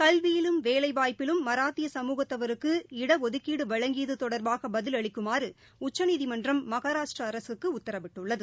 கல்வியிலும் வேலைவாய்ப்பினும் மாராத்திய சமூகத்தவருக்கு இட ஒதுக்கீடுவழங்கியதுதொடர்பாகபதிலளிக்குமாறுஉச்சநீதிமன்றம் மகாராஷ்டிராஅரசுக்குஉத்தரவிட்டுள்ளது